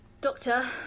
Doctor